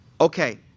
Okay